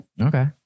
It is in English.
Okay